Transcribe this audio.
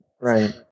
Right